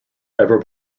ever